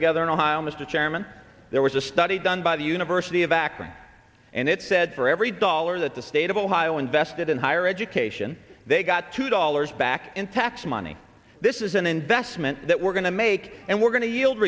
together in ohio mr chairman there was a study done by the university of akron and it said for every dollar that the state of ohio invested in higher education they got two dollars back in tax money this is an investment that we're going to make and we're going to yield